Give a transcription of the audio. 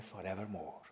forevermore